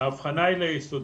ההבחנה היא ליסודי.